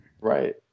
Right